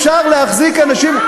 אפשר להחזיק אנשים.